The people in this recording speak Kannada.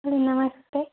ಹಲೋ ನಮಸ್ತೆ